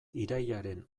irailaren